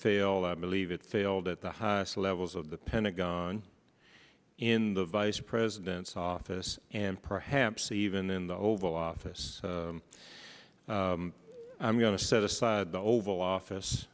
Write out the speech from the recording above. fail i believe it failed at the highest levels of the pentagon in the vice president's office and perhaps even in the oval office i'm going to set aside the oval office